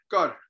God